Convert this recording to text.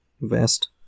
vest